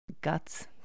guts